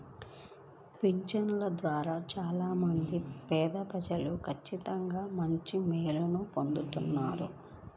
పింఛను ద్వారా చాలా మంది పేదప్రజలు ఖచ్చితంగా మంచి మేలుని పొందుతున్నారు